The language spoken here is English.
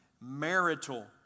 marital